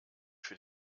für